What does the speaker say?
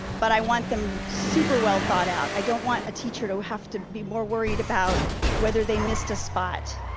but i want them super well thought out. i don't want a teacher to have to be more worried about whether they missed a spot.